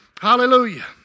Hallelujah